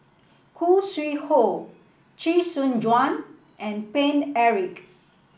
Khoo Sui Hoe Chee Soon Juan and Paine Eric